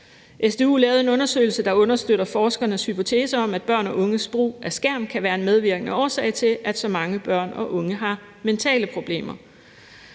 SDU lavede en undersøgelse, der understøtter forskernes hypotese om, at børn og unges brug af skærm kan være en medvirkende årsag til, at så mange børn og unge har mentale problemer.